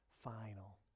final